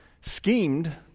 schemed